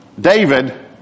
David